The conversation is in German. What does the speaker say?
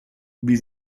wie